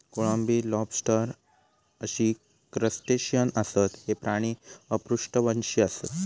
कोळंबी, लॉबस्टर अशी क्रस्टेशियन आसत, हे प्राणी अपृष्ठवंशी आसत